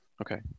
Okay